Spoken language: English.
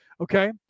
Okay